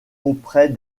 auprès